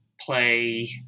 play